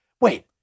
wait